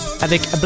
avec